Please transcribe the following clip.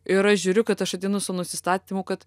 ir aš žiūriu kad aš ateinu su nusistatymu kad